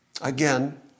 Again